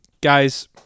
guys